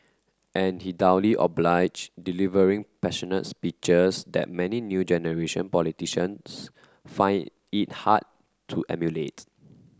and he obliged delivering passionate speeches that many new generation politicians find it hard to emulate